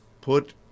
put